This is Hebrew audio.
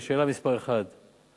לשאלה מס' 1: